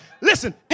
Listen